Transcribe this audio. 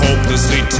Hopelessly